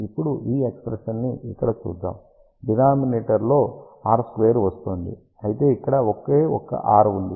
ఇప్పుడు ఈ ఎక్ష్ప్రెషన్స్ ని ఇక్కడ చూద్దాం డినామినేటర్ లో r స్క్వేర్ వస్తోంది అయితే ఇక్కడ ఒకే ఒక్క r ఉంది